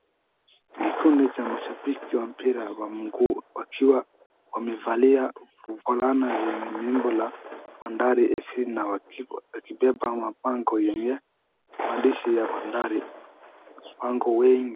Kikundi cha mashabiki wa mpira wa mguu wakiwa wamevalia vulana zenye mimbo la Bandari F.C na wakibeba mapango yenye maandishi ya Bandari, mapango wengi.